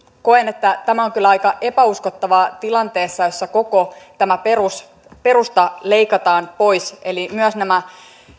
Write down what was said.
koen että tämä on kyllä aika epäuskottavaa tilanteessa jossa koko tämä perusta leikataan pois eli myös nämä